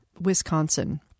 Wisconsin